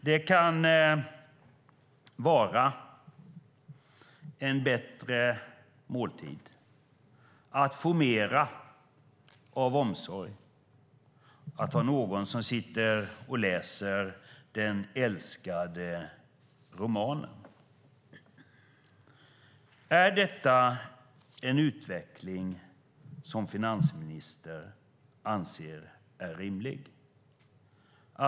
Det kan vara en bättre måltid, att få mer av omsorgen eller att ha någon som sitter och läser den älskade romanen. Är detta en utveckling finansministern anser rimlig?